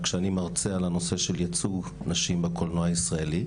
כשאני מרצה על הנושא של ייצוג נשים בקולנוע הישראלי.